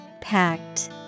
Packed